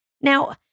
Now